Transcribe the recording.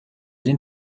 den